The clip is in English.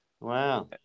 Wow